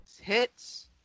hits